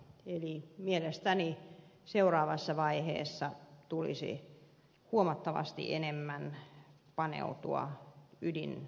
eli mielestäni seuraavassa vaiheessa tulisi huomattavasti enemmän paneutua ydinvoiman tutkimiseen